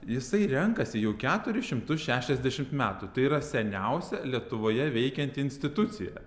jisai renkasi jau keturis šimtus šešiasdešimt metų tai yra seniausia lietuvoje veikianti institucija